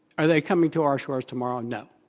are they coming to our shores tomorrow? no.